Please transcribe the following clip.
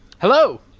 Hello